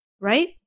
right